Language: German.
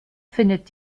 findet